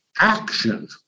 action